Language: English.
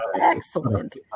excellent